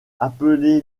appelé